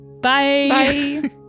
Bye